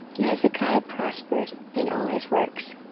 and hezekiah prospered in all his works.